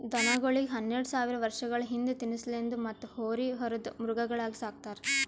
ದನಗೋಳಿಗ್ ಹನ್ನೆರಡ ಸಾವಿರ್ ವರ್ಷಗಳ ಹಿಂದ ತಿನಸಲೆಂದ್ ಮತ್ತ್ ಹೋರಿ ಹೊರದ್ ಮೃಗಗಳಾಗಿ ಸಕ್ತಾರ್